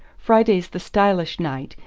friday's the stylish night,